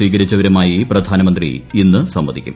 സ്വീകരിച്ചവരുമായി പ്രധാനമന്ത്രി ഈ സംവദിക്കും